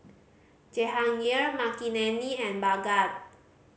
Jehangirr Makineni and Bhagat